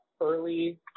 early